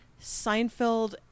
seinfeld